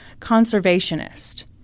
conservationist